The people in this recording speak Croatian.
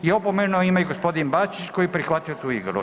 I opomenu ima gospodin Bačić koji je prihvatio tu igru.